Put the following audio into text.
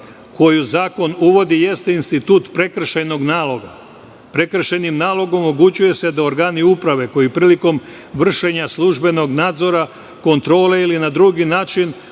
koju zakon uvodi jeste institut prekršajnog nalog. Prekršajnim nalogom omogućuje se da organi uprave koji prilikom vršenja službenog nadzora kontrole ili na drugi način